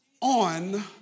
on